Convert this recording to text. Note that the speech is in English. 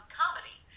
comedy